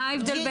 מה ההבדל?